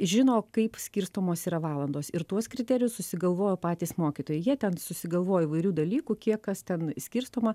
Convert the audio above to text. žino kaip skirstomos yra valandos ir tuos kriterijus susigalvojo patys mokytojai jie ten susigalvoja įvairių dalykų kiek kas ten skirstoma